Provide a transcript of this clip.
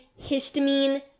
histamine